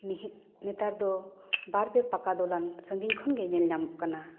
ᱱᱤᱦᱟᱹᱛ ᱱᱮᱛᱟᱨ ᱫᱚ ᱵᱟᱨ ᱯᱮ ᱯᱟᱠᱟ ᱫᱚᱞᱟᱱ ᱥᱟᱺᱜᱤᱧ ᱠᱷᱚᱱ ᱜᱮ ᱧᱮᱞ ᱧᱟᱢᱚᱜ ᱠᱟᱱᱟ